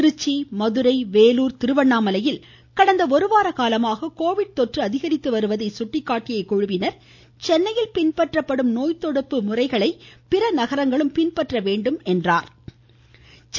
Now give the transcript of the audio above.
திருச்சி மதுரை வேலூர் திருவண்ணாமலையில் கடந்த ஒரு வார காலமாக கோவிட் தொற்று அதிகரித்து வருவதை சுட்டிக்காட்டிய இக்குழுவினர் சென்னையில் பின்பற்றப்படும் நோய்த்தடுப்பு முறைகளை பிற நகரங்களும் பின்பற்ற வேண்டும் என்று கூறினார்கள்